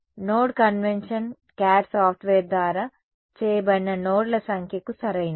node convention CAD software ద్వారా చేయబడిన నోడ్ల సంఖ్యకు సరైనది